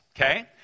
okay